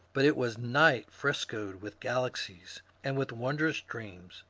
but it was night frescoed with galaxies and with wondrous dreams.